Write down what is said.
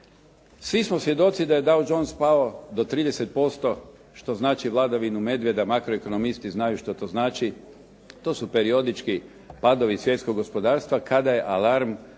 Svi smo svjedoci da je Dow Jones pao do 30%, što znači vladavinu medvjeda, makroekonomisti znaju što to znači. To su periodički padovi svjetskog gospodarstva kada je alarm, ne